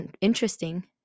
interesting